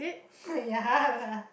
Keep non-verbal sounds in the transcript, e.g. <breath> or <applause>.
<breath> ya lah